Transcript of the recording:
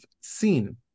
seen